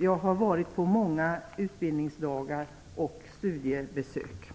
Jag har varit på många utbildningsdagar och har gjort studiebesök.